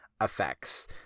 effects